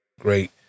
great